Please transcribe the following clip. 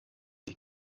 sie